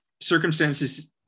circumstances